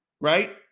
Right